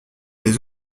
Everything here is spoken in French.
les